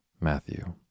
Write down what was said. Matthew